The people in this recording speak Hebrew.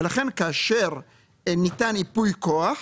לכן, כאשר ניתן ייפוי כוח,